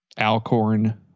Alcorn